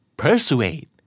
persuade